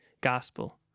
gospel